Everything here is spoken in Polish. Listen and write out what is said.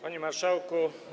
Panie Marszałku!